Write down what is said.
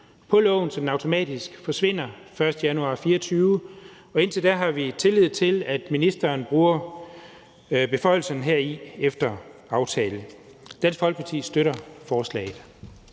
i loven, så den automatisk forsvinder den 1. januar 2024, og indtil da har vi tillid til, at ministeren bruger beføjelserne heri efter aftale. Dansk Folkeparti støtter forslaget.